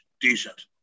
decent